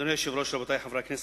אדוני היושב-ראש, רבותי חברי הכנסת,